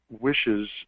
wishes